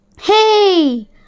hey